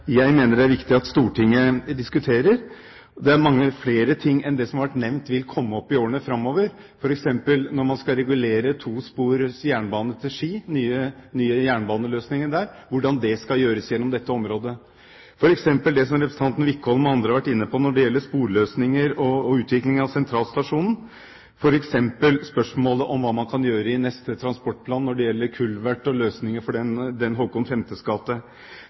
har vært nevnt, som vil komme opp i årene framover. Et eksempel er tospors jernbane til Ski – den nye jernbaneløsningen der – og hvordan det skal gjøres gjennom dette området. Et annet eksempel er det som representanten Wickholm og andre har vært inne på når det gjelder sporløsninger og utvikling av Sentralstasjonen, og spørsmålet om hva man kan gjøre i neste transportplan når det gjelder kulvert og løsninger for Kong Håkon